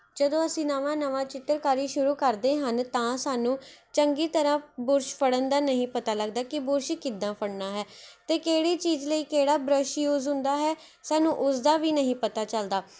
ਜਦੋਂ ਅਸੀਂ ਨਵਾਂ ਨਵਾਂ ਚਿੱਤਰਕਾਰੀ ਸ਼ੁਰੂ ਕਰਦੇ ਹਨ ਤਾਂ ਸਾਨੂੰ ਚੰਗੀ ਤਰ੍ਹਾਂ ਬੁਰਸ਼ ਫੜਨ ਦਾ ਨਹੀਂ ਪਤਾ ਲੱਗਦਾ ਕਿ ਬੁਰਸ਼ ਕਿੱਦਾਂ ਫੜਨਾ ਹੈ ਅਤੇ ਕਿਹੜੀ ਚੀਜ਼ ਲਈ ਕਿਹੜਾ ਬਰੱਸ਼ ਯੂਜ਼ ਹੁੰਦਾ ਹੈ ਸਾਨੂੰ ਉਸਦਾ ਵੀ ਨਹੀਂ ਪਤਾ ਚੱਲਦਾ